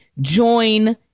join